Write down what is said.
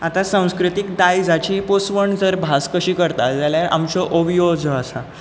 आतां संस्कृतीक दायजाची पोसवण जर भास कशी करता जाल्यार आमच्यो ओंवयो ज्यो आसात